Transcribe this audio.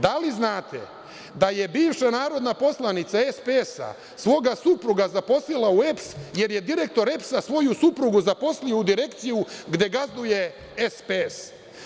Da li znate da je bivša narodna poslanica SPS svoga supruga zaposlila u EPS, jer je direktor EPS-a svoju suprugu zaposlio u direkciju gde gazduje SPS?